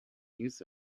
use